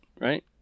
right